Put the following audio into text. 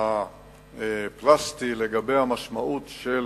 הפלסטי לגבי המשמעות של